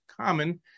common